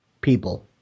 people